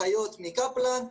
אחיות מקפלן,